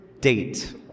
date